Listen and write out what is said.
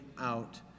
out